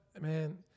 man